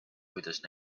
kuidas